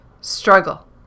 struggle